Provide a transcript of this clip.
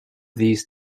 these